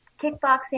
kickboxing